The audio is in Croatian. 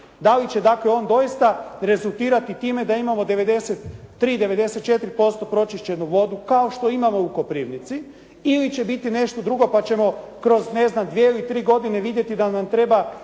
dakle on doista rezultirati time da imamo 93, 94% pročišćenu vodu kao što imamo u Koprivnici ili će biti nešto drugo pa ćemo kroz, ne znam, dvije ili tri godine vidjeti da nam treba